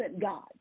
God